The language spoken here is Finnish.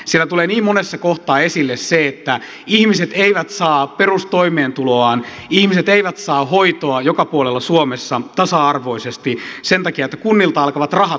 siellä tulee niin monessa kohtaa esille se että ihmiset eivät saa perustoimeentuloaan ihmiset eivät saa hoitoa joka puolella suomessa tasa arvoisesti sen takia että kunnilta alkavat rahat loppua